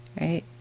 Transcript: right